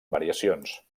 variacions